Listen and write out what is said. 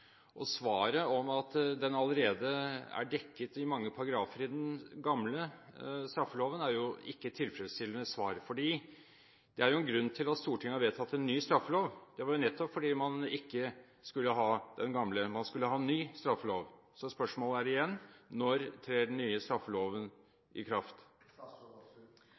gjennomført? Svaret om at den allerede er dekket i mange paragrafer i den gamle straffeloven, er ikke et tilfredsstillende svar, fordi det var jo en grunn til at Stortinget vedtok en ny straffelov. Det var nettopp fordi man ikke skulle ha den gamle, man skulle ha en ny straffelov. Så spørsmålet er igjen: Når trer den nye straffeloven i kraft?